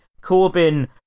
corbin